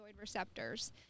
receptors